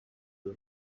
uru